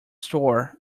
store